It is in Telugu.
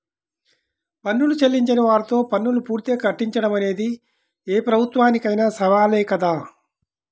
పన్నులు చెల్లించని వారితో పన్నులు పూర్తిగా కట్టించడం అనేది ఏ ప్రభుత్వానికైనా సవాలే కదా